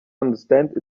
understand